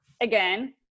again